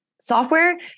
Software